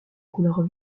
couleurs